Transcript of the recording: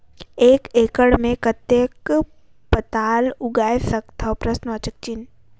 एक एकड़ मे कतेक पताल उगाय सकथव?